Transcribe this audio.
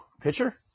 Pitcher